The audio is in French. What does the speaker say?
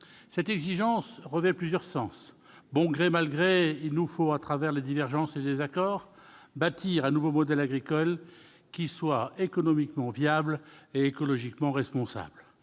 Cette exigence revêt plusieurs sens. Bon gré, mal gré, il nous faut, à travers les divergences et les désaccords, bâtir un nouveau modèle agricole qui soit économiquement viable et écologiquement responsable.